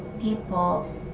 people